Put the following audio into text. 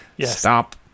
Stop